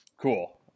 cool